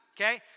okay